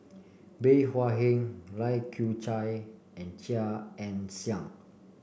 Bey Hua Heng Lai Kew Chai and Chia Ann Siang